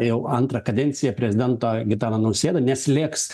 jau antrą kadenciją prezidentą gitaną nausėdą neslėgs